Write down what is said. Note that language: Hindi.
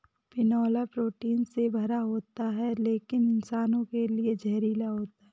बिनौला प्रोटीन से भरा होता है लेकिन इंसानों के लिए जहरीला होता है